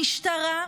המשטרה,